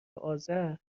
آذر